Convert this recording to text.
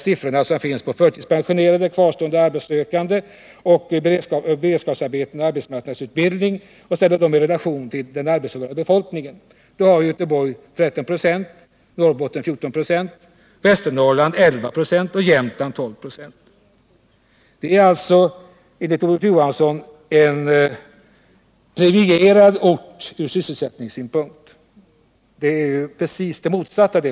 Siffran för förtidspensionerade, kvarstående arbetssökande, i beredskapsarbeten och arbetsmarknadsutbildning varande i relation till den arbetande befolkningen är för Göteborg 13 96, Norrbotten 14 96, Västernorrland 11 96 och Jämtland 12 96. Och ändå är Göteborg enligt Olof Johansson en privilegierad ort ur sysselsättningssynpunkt. Förhållandet är ju precis det motsatta.